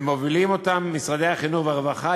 ומובילים אותה משרדי החינוך והרווחה,